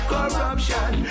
Corruption